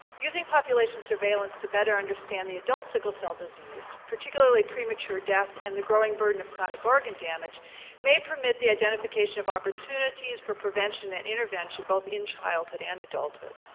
using population surveillance to better understand the adult sickle cell disease, particularly premature death and the growing burden of chronic organ damage may permit the identification of opportunities for prevention and intervention, both in childhood and adulthood.